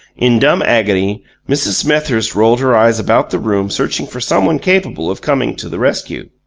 in dumb agony mrs. smethurst rolled her eyes about the room searching for someone capable of coming to the rescue.